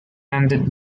handed